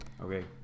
Okay